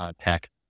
tech